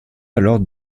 alors